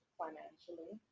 financially